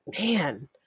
man